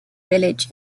village